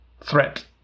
threat